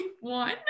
one